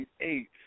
eight